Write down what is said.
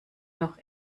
noch